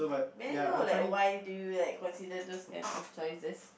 may I know like why do you like consider those kind of choices